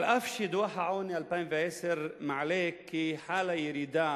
אף שדוח העוני 2010 מעלה כי חלה ירידה